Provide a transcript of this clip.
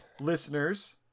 listeners